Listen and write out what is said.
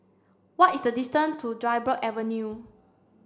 what is the distance to Dryburgh Avenue